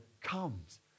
comes